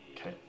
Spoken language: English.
Okay